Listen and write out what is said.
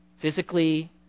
physically